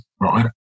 right